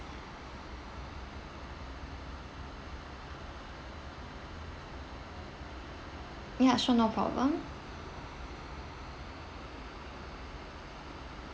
ya sure no problem